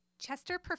Chester